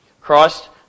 Christ